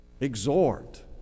exhort